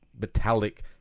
metallic